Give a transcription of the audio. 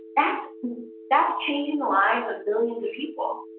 that's that's changing the lives of millions of people.